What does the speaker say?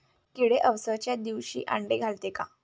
किडे अवसच्या दिवशी आंडे घालते का?